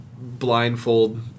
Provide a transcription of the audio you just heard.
blindfold